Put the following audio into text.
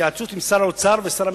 בהתייעצות עם שר האוצר ועם שר המשפטים.